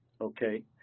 okay